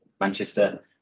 Manchester